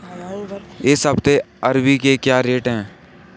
इस हफ्ते अरबी के क्या रेट हैं?